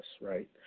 right